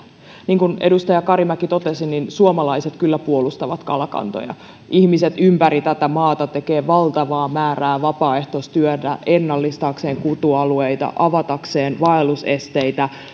niin kuin edustaja karimäki totesi suomalaiset kyllä puolustavat kalakantoja ihmiset ympäri tätä maata tekevät valtavan määrän vapaaehtoistyötä ennallistaakseen kutualueita avatakseen vaellusesteitä